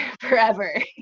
forever